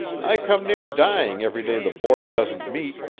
i come near dying every day the board doesn't meet.